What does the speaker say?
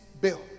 bill